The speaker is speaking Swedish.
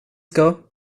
ska